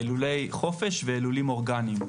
לולי חופש, ולולים אורגניים.